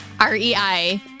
R-E-I